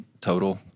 total